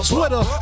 Twitter